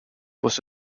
was